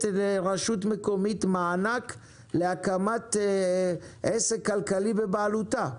לרשות מקומית מענק להקמת עסק כלכלי בבעלותה.